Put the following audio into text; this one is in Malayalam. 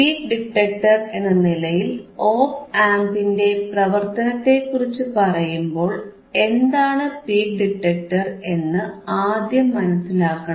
പീക്ക് ഡിറ്റക്ടർ എന്ന നിലയിൽ ഓപ് ആംപിന്റെ പ്രവർത്തനത്തെക്കുറിച്ചു പറയുമ്പോൾ എന്താണ് പീക്ക് ഡിറ്റക്ടർ എന്ന് ആദ്യം മനസിലാക്കണം